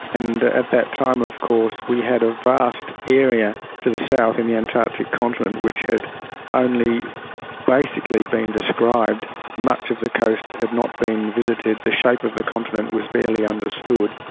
and at that time of course, we had a vast area to the south in the antarctic continent, which had only basically been described much of the coast had not been visited, the shape of the continent was barely understood,